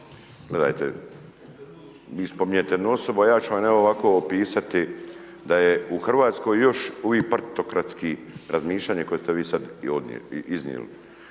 Gledajte, vi spominjete jednu osobu a ja ću vam evo ovako opisati da je u Hrvatskoj još ovih partitokratskih razmišljanja koje ste vi sada iznijeli.